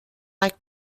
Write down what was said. like